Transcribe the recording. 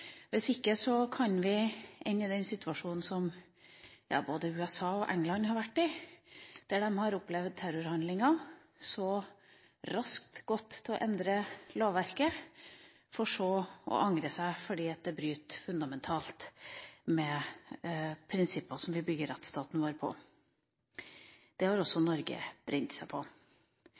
Hvis ikke kan vi ende i den situasjonen som både USA og England har vært i, der de har opplevd terrorhandlinger og så raskt endret lovverket, for så å angre seg fordi det bryter fundamentalt med prinsipper som vi bygger rettsstaten vår på. Dette har også Norge brent seg på.